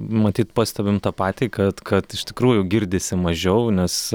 matyt pastebim tą patį kad kad iš tikrųjų girdisi mažiau nes